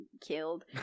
killed